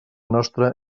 nostra